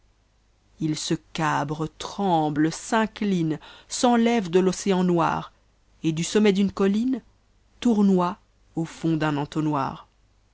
il se cabre tremme s'ïnchne s'eaieve de l'océan noir et du sommet d'une comiae tournoie au fond d'un entonnoir